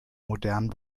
modern